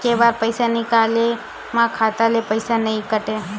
के बार पईसा निकले मा खाता ले पईसा नई काटे?